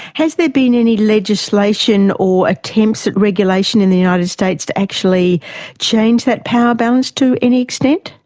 has there been any legislation or attempts at regulation in the united states to actually change that power balance to any extent?